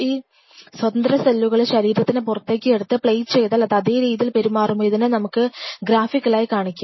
ഈ സ്വതന്ത്ര സെല്ലുകളെ ശരീരത്തിന് പുറത്തേക്ക് എടുത്ത് പ്ലേറ്റ് ചെയ്താൽ അത് അതേ രീതിയിൽ പെരുമാറുമോ ഇതിനെ നമുക്ക് ഗ്രാഫികലായി കാണിക്കാം